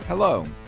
Hello